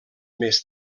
més